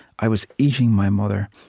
i was eating my mother.